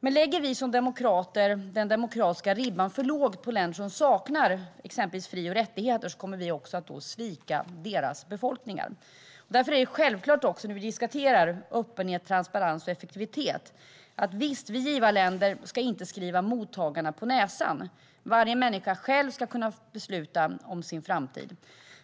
Men lägger vi som demokrater den demokratiska ribban för lågt för länder som saknar exempelvis fri och rättigheter kommer vi också att svika deras befolkningar. Därför är det självklart när vi diskuterar öppenhet, transparens och effektivitet att vi givarländer inte ska skriva mottagarna på näsan. Varje människa ska själv kunna besluta om sin framtid.